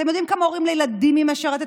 אתם יודעים כמה הורים לילדים היא משרתת?